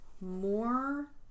more